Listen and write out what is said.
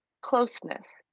closeness